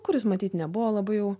kuris matyt nebuvo labai jau